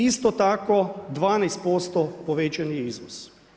Isto tako 12% povećan je izvoz.